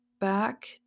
back